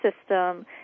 system